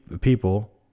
people